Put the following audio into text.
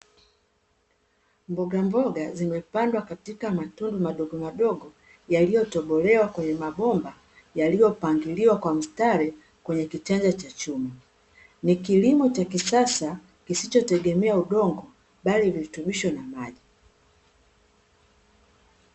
Mbogamboga zimepandwa katika matundu madogomadogo, yaliyotobolewa kwenye mabomba yaliyopangiliwa kwa mstari kwenye kichanja cha chuma. Ni kilimo cha kisasa kisichotegemea udongo, bali virutubisho na maji.